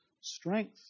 strength